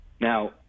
Now